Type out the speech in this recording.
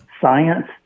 science